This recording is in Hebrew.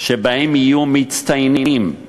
שיהיו בהן מצטיינים,